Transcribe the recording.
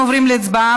להצבעה,